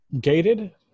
gated